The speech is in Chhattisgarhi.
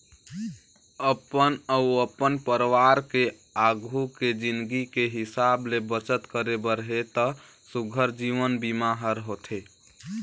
अपन अउ अपन परवार के आघू के जिनगी के हिसाब ले बचत करे बर हे त सुग्घर जीवन बीमा हर होथे